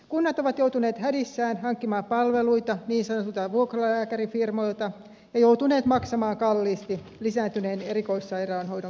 kunnat ovat joutuneet hädissään hankkimaan palveluita niin sanotuilta vuokralääkärifirmoilta ja joutuneet maksamaan kalliisti lisääntyneen erikoissairaanhoidon käytöstä